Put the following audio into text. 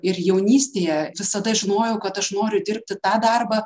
ir jaunystėje visada žinojau kad aš noriu dirbti tą darbą